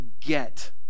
get